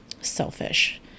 selfish